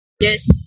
yes